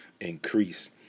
increase